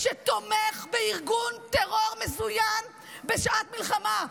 שתומך בארגון טרור מזוין בשעת מלחמה.